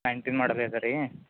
nineteen model ಅದ ರೀ